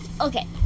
okay